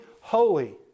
holy